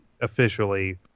officially